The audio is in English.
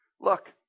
Look